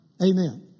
Amen